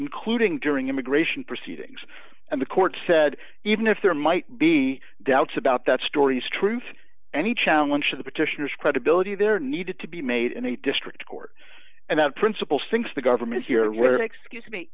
including during immigration proceedings and the court said even if there might be doubts about that story's truth any challenge to the petitioners credibility there needed to be made in a district court and that principals thinks the government here where excuse me